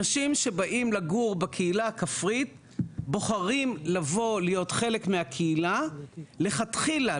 אנשים שבאים לגור בקהילה הכפרית בוחרים לבוא להיות חלק מהקהילה לכתחילה,